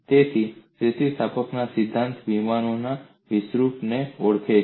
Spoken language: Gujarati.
તેથી સ્થિતિસ્થાપકતાનો સિદ્ધાંત વિમાનોના વિરૂપતાને ઓળખે છે